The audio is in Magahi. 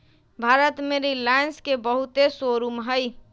भारत में रिलाएंस के बहुते शोरूम हई